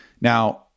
Now